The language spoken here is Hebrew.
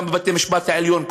גם בבית-המשפט העליון,